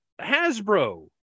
Hasbro